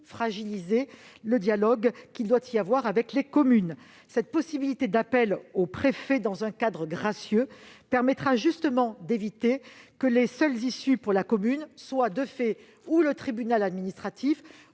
fragiliser le nécessaire dialogue avec les communes. Cette possibilité d'appel au préfet à titre gracieux permettra justement d'éviter que les seules issues pour la commune ne soient, de fait, le tribunal administratif